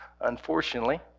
unfortunately